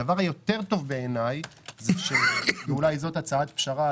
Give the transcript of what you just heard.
הדבר הטוב ביותר, ואולי זו הצעת פשרה